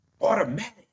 automatic